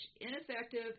ineffective